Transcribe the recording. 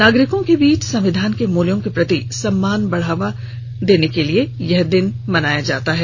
नागरिकों के बीच संविधान के मुल्यों के प्रति सम्मान को बढ़ावा देने के लिए यह दिन मनाया जाता है